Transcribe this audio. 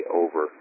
over